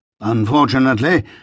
Unfortunately